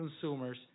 consumers